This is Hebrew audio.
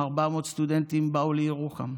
400 סטודנטים באו לירוחם.